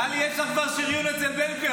טלי, יש לך כבר שריון אצל בן גביר.